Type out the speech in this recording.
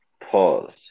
Pause